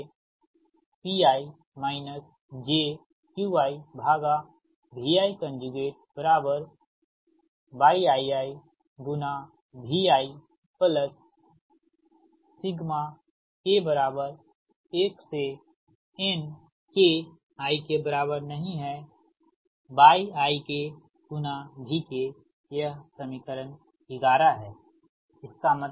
इसलिए Pi jQiVi Yii Vik 1 k inYi k Vk यह समीकरण 11 है